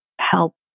help